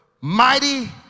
mighty